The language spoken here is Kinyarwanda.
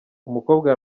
umukobwa